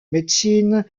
médecine